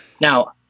Now